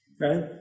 Right